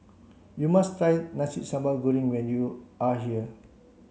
you must try Nasi Sambal Goreng when you are here